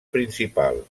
principal